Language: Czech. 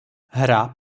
hra